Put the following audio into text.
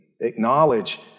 acknowledge